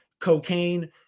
cocaine